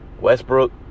Westbrook